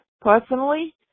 personally